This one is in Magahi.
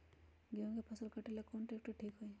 गेहूं के फसल कटेला कौन ट्रैक्टर ठीक होई?